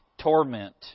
torment